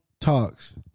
talks